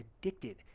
addicted